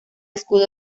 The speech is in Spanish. escudo